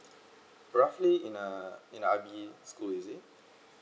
roughly in uh in school is it